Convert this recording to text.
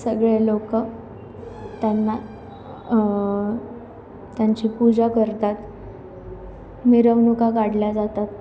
सगळे लोक त्यांना त्यांची पूजा करतात मिरवणुका काढल्या जातात